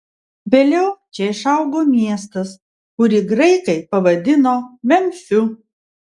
vėliau čia išaugo miestas kurį graikai pavadino memfiu